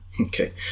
Okay